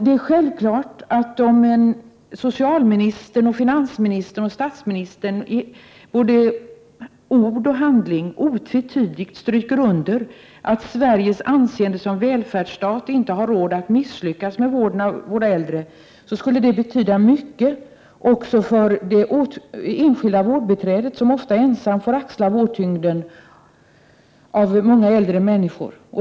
Det är självklart att om socialministern, finansministern och statsministern både i ord och handling otvetydigt stryker under att Sveriges anseende som välfärdsstat inte tål ett misslyckande med vården av våra äldre, skulle det betyda mycket också för det enskilda vårdbiträdet, som ofta ensam får axla den tunga vården av många äldre människor.